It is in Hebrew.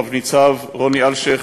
רב-ניצב רוני אלשיך,